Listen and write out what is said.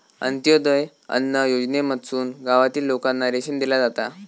अंत्योदय अन्न योजनेमधसून गावातील लोकांना रेशन दिला जाता